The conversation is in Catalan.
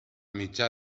mitjà